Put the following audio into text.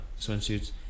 swimsuits